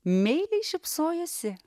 meiliai šypsojosi